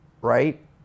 right